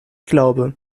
glaube